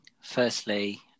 firstly